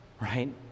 Right